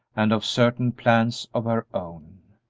and of certain plans of her own.